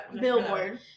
Billboard